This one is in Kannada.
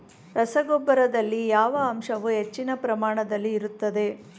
ರಸಗೊಬ್ಬರದಲ್ಲಿ ಯಾವ ಅಂಶವು ಹೆಚ್ಚಿನ ಪ್ರಮಾಣದಲ್ಲಿ ಇರುತ್ತದೆ?